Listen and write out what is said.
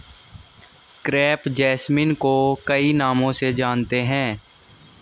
crepe jasmine को कई नामों से जानते हैं